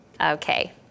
Okay